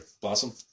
Blossom